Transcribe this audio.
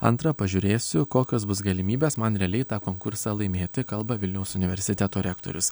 antra pažiūrėsiu kokios bus galimybės man realiai tą konkursą laimėti kalba vilniaus universiteto rektorius